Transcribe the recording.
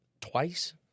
twice